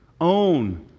own